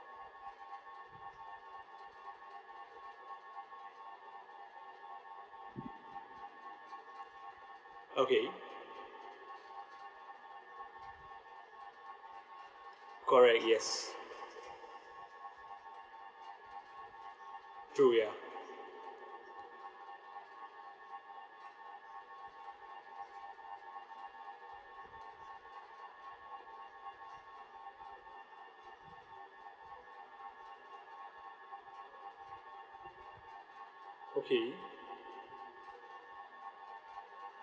okay correct yes true ya okay